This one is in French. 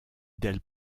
del